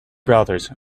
brothers